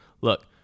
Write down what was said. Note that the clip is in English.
Look